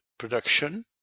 production